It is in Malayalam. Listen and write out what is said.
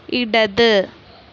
ഇടത്